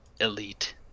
elite